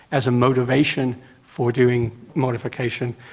as a motivation for doing modification,